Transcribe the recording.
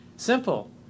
Simple